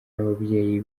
ababyeyi